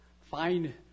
find